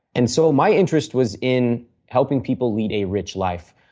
and so my interest was in helping people lead a rich life.